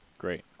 Great